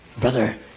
Brother